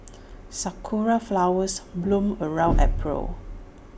Sakura Flowers bloom around April